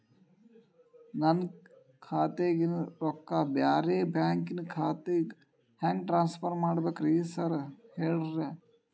ನನ್ನ ಖಾತ್ಯಾಗಿನ ರೊಕ್ಕಾನ ಬ್ಯಾರೆ ಬ್ಯಾಂಕಿನ ಖಾತೆಗೆ ಹೆಂಗ್ ಟ್ರಾನ್ಸ್ ಪರ್ ಮಾಡ್ಬೇಕ್ರಿ ಸಾರ್?